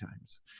times